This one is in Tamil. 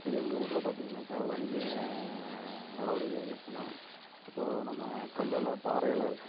இப்போ எங்கள் ஊரில் பார்த்திங்கனாக்கா வணிக நடவடிக்கைகள் இருக்குன்னா இப்போ நம்ம கல் எல்லாம் பாறை எல்லாம் இருக்கு